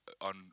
on